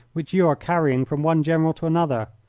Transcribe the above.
which you are carrying from one general to another.